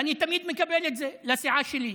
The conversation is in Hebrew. אני תמיד מקבל את זה לסיעה שלי.